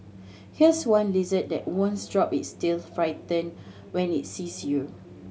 here's one lizard that won't drop its tail fright when it sees you